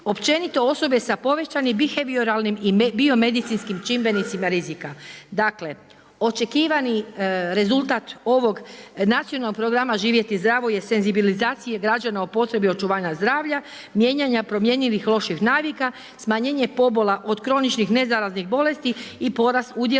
općenito osobe sa povećanim bihevioralnim i biomedicinskim čimbenicima rizika. Dakle, očekivani rezultat ovog Nacionalnog programa „Živjeti zdravo“ je senzibilizacija građana o potrebi očuvanja zdravlja, mijenjanja promjenjivih loših navika, smanjenje pobola od kroničnih nezaraznih bolesti i porast udjela